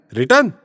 return